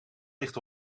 ligt